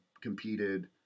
competed